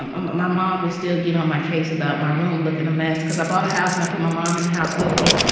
um um ah my mom will still get on my case about my room looking a mess. because i bought a house, and i put my mom in the house with me.